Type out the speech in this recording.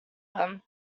them